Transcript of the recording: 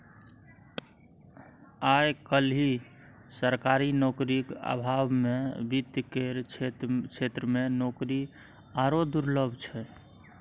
आय काल्हि सरकारी नौकरीक अभावमे वित्त केर क्षेत्रमे नौकरी आरो दुर्लभ छै